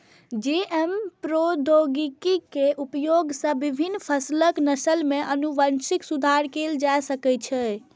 GM प्रौद्योगिकी के उपयोग सं विभिन्न फसलक नस्ल मे आनुवंशिक सुधार कैल जा सकै छै